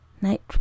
night